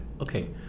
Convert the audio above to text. Okay